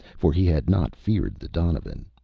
for he had not feared the donovan.